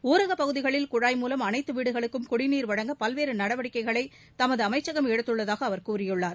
ஊரகப் பகுதிகளில் குழாய் மூலம் அனைத்து வீடுகளுக்கும் குடிநீர் வழங்க பல்வேறு நடவடிக்கைகளை தமது அமைச்சகம் எடுத்துள்ளதாக அவர் கூறினார்